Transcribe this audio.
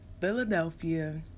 philadelphia